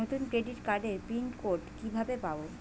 নতুন ক্রেডিট কার্ডের pin code কিভাবে পাব?